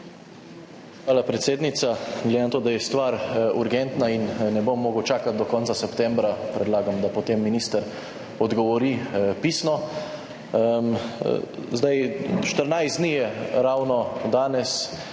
Hvala, predsednica. Glede na to, da je stvar urgentna in ne bom mogel čakati do konca septembra, predlagam, da potem minister odgovori pisno. Danes je ravno 14